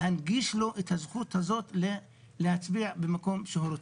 להנגיש לו את הזכות הזאת להצביע במקום שהוא רוצה.